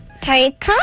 Take